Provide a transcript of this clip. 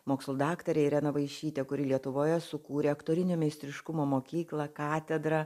mokslų daktarę ireną vaišytę kuri lietuvoje sukūrė aktorinio meistriškumo mokyklą katedrą